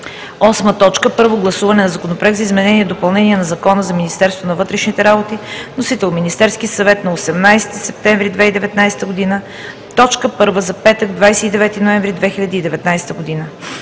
2019 г. 8. Първо гласуване на Законопроекта за изменение и допълнение на Закона за Министерството на вътрешните работи. Вносител – Министерският съвет на 18 септември 2019 г. Точка първа за петък, 29 ноември 2019 г.